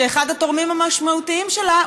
שאחד התורמים המשמעותיים שלה,